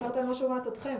אחרת אני לא שומעת אתכם.